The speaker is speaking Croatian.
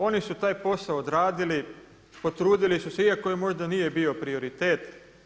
Oni su taj posao odradili, potrudili su se iako im možda nije bio prioritet.